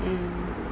mm